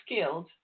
skilled